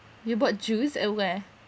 you bought jewels uh where